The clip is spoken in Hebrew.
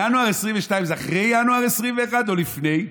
ינואר 2022 זה אחרי ינואר 2021 או לפני?